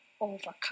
overcome